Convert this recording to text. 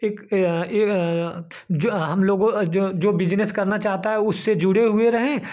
एक हम लोगों जो जो बिजनेस करना चाहता है उससे जुड़े हुए रहें